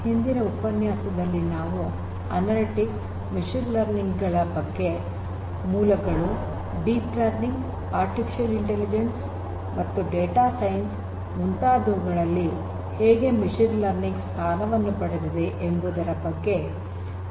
ಹಿಂದಿನ ಉಪನ್ಯಾಸದಲ್ಲಿ ನಾವು ಅನಲಿಟಿಕ್ಸ್ ಮಷೀನ್ ಲರ್ನಿಂಗ್ ಗಳ ಮೂಲಗಳು deep learning artificial intelligence data science ಮುಂತಾದವುಗಳಲ್ಲಿ ಹೇಗೆ ಮಷೀನ್ ಲರ್ನಿಂಗ್ ಸ್ಥಾನವನ್ನು ಪಡೆದಿದೆ ಎಂಬುದರ ಬಗ್ಗೆ ತಿಳಿದೆವು